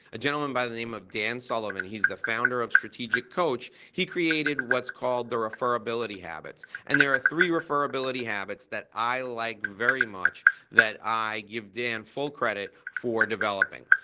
a gentleman by the name of dan sullivan, sullivan, he's the founder of strategic coach, he created what's called the referability habits and there are three referability habits that i like very much that i give dan full credit for developing.